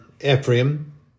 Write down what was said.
Ephraim